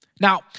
Now